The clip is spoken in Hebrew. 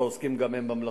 העוסקים גם הם במלאכה.